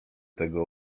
tego